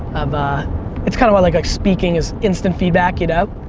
ah it's kinda where like speaking is instant feedback, you know?